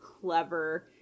clever